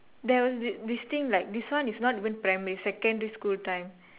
there was this this thing like this one is not even primary secondary school time